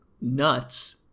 nuts